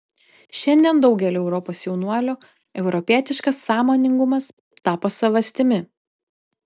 šiandien daugeliui europos jaunuolių europietiškas sąmoningumas tapo savastimi